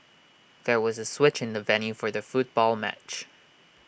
there was A switch in the venue for the football match